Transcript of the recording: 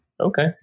Okay